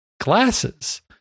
glasses